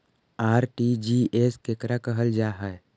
RTGS केकरा कहल जा है?